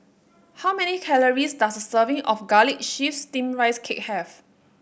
how many calories does a serving of Garlic Chives Steamed Rice Cake have